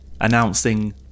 announcing